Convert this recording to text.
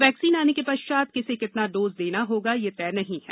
vaccine आने के पश्चात किसे कितना डोज़ देना होगा यह तय नहीं है